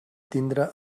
tindre